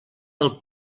del